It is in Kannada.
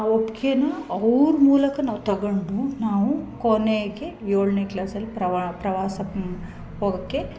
ಒಪ್ಪಿಗೆನಾ ಅವ್ರ ಮೂಲಕ ನಾವು ತಗೊಂಡು ನಾವು ಕೊನೆಗೆ ಏಳನೇ ಕ್ಲಾಸಲ್ಲಿ ಪ್ರವಾ ಪ್ರವಾಸ ಹೋಗೋಕೆ